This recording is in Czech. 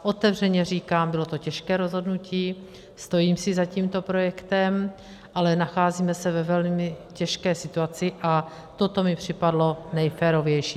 Otevřeně říkám, bylo to těžké rozhodnutí, stojím si za tímto projektem, ale nacházíme se ve velmi těžké situaci a toto mi připadlo nejférovější.